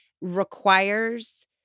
requires